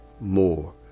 more